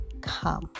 come